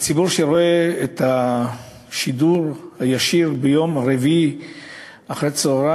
והציבור שרואה את השידור הישיר ביום רביעי אחרי-הצהריים